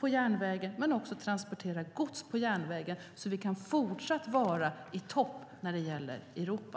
på järnvägen när de ska åka eller transportera gods, så att vi fortsatt kan vara i topp i Europa.